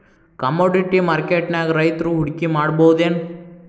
Commodity ಮಾರ್ಕೆಟ್ನ್ಯಾಗ್ ರೈತ್ರು ಹೂಡ್ಕಿ ಮಾಡ್ಬಹುದೇನ್?